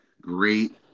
great